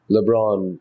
LeBron